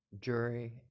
jury